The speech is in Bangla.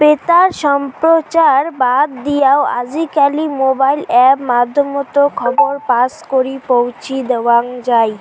বেতার সম্প্রচার বাদ দিয়াও আজিকালি মোবাইল অ্যাপ মাধ্যমত খবর পছকরি পৌঁছি দ্যাওয়াৎ যাই